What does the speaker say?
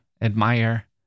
admire